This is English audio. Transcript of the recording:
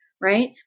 right